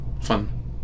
Fun